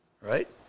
right